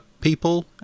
people